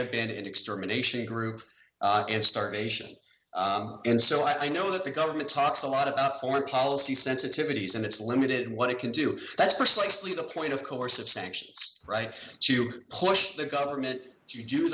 have been an extermination group and starvation and so i know that the government talks a lot about foreign policy sensitivities and it's limited what it can do that's precisely the point of course of sanctions right to push the government to